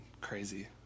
crazy